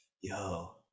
yo